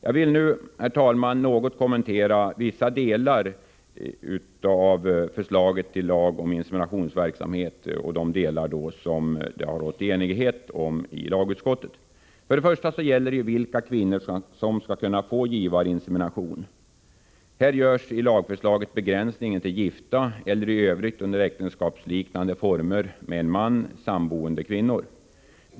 Jag vill, herr talman, något kommentera de delar av förslaget till lag om inseminationsverksamhet om vilka oenighet har förelegat i lagutskottet. Den första frågan gäller vilka kvinnor som skall kunna få givarinsemination. I lagförslaget begränsas det till gifta eller till i övrigt under äktenskapsliknande former med en man samboende kvinnor.